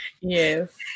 Yes